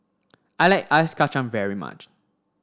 I like Ice Kacang very much